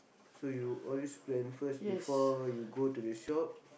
so you always plan first before you go to the shop